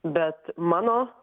bet mano